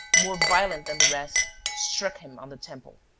more violent than the rest, struck him on the temple.